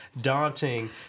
daunting